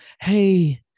Hey